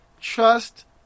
trust